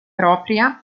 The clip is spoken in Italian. propria